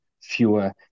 fewer